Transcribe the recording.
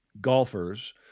golfers